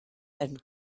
and